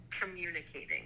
communicating